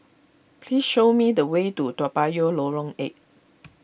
please show me the way to Toa Payoh Lorong eight